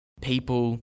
people